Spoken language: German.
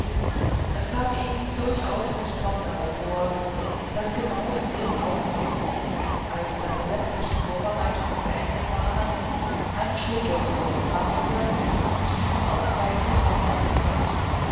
es kam ihm durchaus nicht sonderbar vor daß genau in dem augenblick als seine sämtlichen vorbereitungen beendet waren ein schlüssel draußen rasselte und ihn aus seinem gefängnis befreite